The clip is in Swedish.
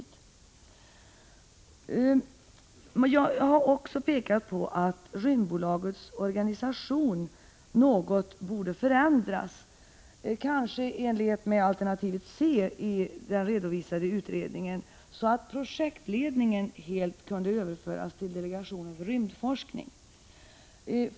Jag har också pekat på att Rymdbolagets organisation borde förändras något, kanske i enlighet med alternativet C i den redovisade utredningen, så att projektledningen helt kunde överföras till delegationen för rymdforskning.